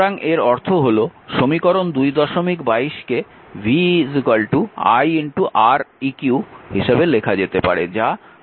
সুতরাং এর অর্থ হল সমীকরণ 222 কে v i Req হিসাবে লেখা যেতে পারে যা 224 নম্বর সমীকরণ